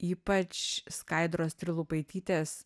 ypač skaidros trilupaitytės